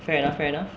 fair enough fair enough